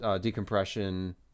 decompression